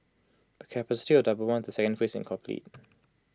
the double once the second phase is complete